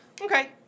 Okay